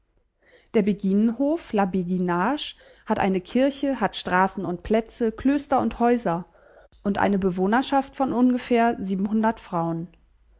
der beginenhof la beguinage hat eine kirche hat straßen und plätze klöster und häuser und eine bewohnerschaft von ungefähr sie frauen